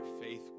faith